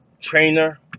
Trainer